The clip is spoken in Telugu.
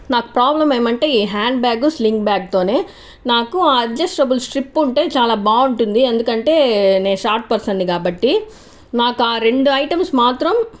నాకు ప్రాబ్లమ్ ఏమంటే ఈ హ్యాండ్ బ్యాగ్ స్లిన్గ్ బ్యాగ్ తోనే నాకు అడ్జస్టబుల్ స్ట్రిప్ ఉంటె చాలా బాగుంటుంది ఎందుకంటే నేను షార్ట్ పర్సన్ ని కాబట్టి నాకు ఆ రెండు ఐటమ్స్ మాత్రం